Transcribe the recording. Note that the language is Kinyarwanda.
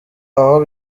aho